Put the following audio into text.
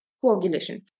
coagulation